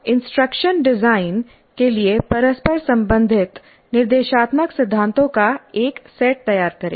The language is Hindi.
इंस्ट्रक्शन डिजाइन के लिए परस्पर संबंधित निर्देशात्मक सिद्धांतों का एक सेट तैयार करें